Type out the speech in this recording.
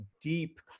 deep